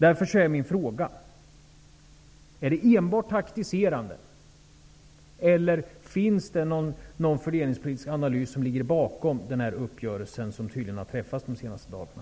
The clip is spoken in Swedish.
Därför vill jag fråga: Handlar det enbart om ett taktiserande, eller finns det en fördelningspolitisk analys bakom den uppgörelse som tydligen har träffats de senaste dagarna?